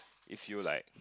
if you like